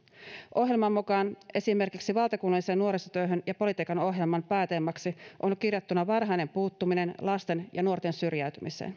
ohjelman mukaan esimerkiksi valtakunnallisen nuorisotyön ja politiikan ohjelman pääteemaksi on kirjattuna varhainen puuttuminen lasten ja nuorten syrjäytymiseen